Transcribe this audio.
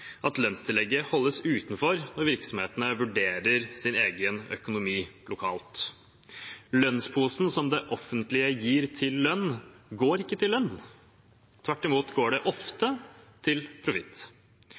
at lønnstillegget holdes utenfor når virksomhetene vurderer sin egen økonomi lokalt. Lønnsposen som det offentlige gir til lønn, går ikke til lønn. Tvert imot går